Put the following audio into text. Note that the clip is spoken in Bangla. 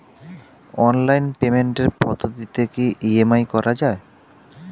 অনলাইন পেমেন্টের পদ্ধতিতে কি ই.এম.আই করা যায়?